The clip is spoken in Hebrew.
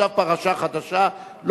עכשיו פרשה חדשה,